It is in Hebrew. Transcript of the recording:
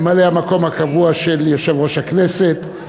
ממלא המקום הקבוע של יושב-ראש הכנסת,